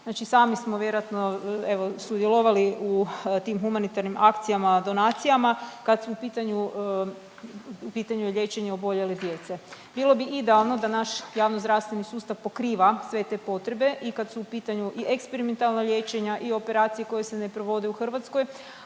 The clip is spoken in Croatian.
Znači sami smo vjerojatno, evo, sudjelovali u tim humanitarnim akcijama, donacijama, kad su u pitanju, u pitanju liječenje oboljele djece. Bilo bi idealno da naš javnozdravstveni sustav pokriva sve te potrebe i kad su u pitanju i eksperimentalna liječenja i operacije koje se ne provode u Hrvatskoj,